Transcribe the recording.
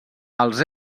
els